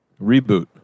Reboot